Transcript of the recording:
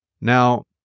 Now